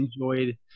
enjoyed